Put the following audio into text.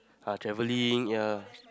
ah travelling ya